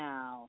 Now